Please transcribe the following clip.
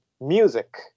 music